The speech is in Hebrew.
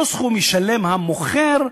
אותו סכום ישלם המוכר,